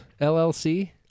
LLC